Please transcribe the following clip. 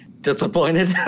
Disappointed